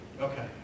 Okay